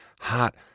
Hot